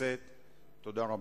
תודה רבה.